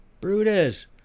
Brutus